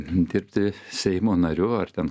dirbti seimo nariu ar ten